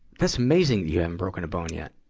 that's amazing you haven't broken a bone yet.